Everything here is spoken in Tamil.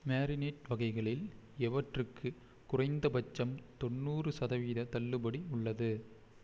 மேரினேட் வகைகளில் எவற்றுக்கு குறைந்தபட்சம் தொண்ணூறு சதவீத தள்ளுபடி உள்ளது